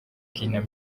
kina